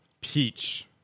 peach